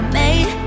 made